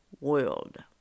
world